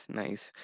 nice